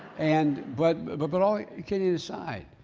and, but, but but all kidding aside,